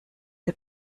der